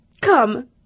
come